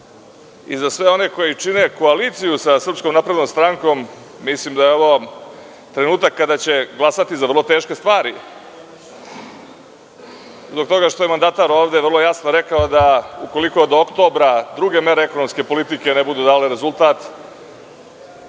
i za sve one koji čine koaliciju sa Srpskom naprednom strankom mislim da je ovo trenutak kada će glasati za vrlo teške stvari, zbog toga što je mandatar ovde vrlo jasno rekao da ukoliko do oktobra druge mere ekonomske politike ne bude dale rezultat,